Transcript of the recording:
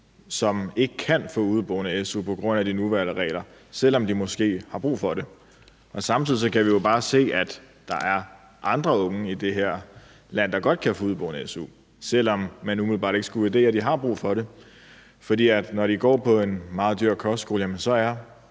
som ikke kan få su som udeboende på grund af det nuværende regler, selv om de måske har brug for det. Samtidig kan vi jo bare se, at der er andre unge i det her land, der godt kan få su som udeboende, selv om man umiddelbart ikke skulle vurdere, de har brug for det. For når de går på en meget dyr kostskole, er